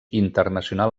internacional